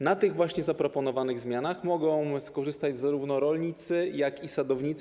Na tych właśnie zaproponowanych zmianach mogą skorzystać zarówno rolnicy, jak i sadownicy.